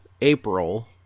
April